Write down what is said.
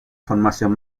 formación